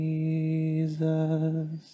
Jesus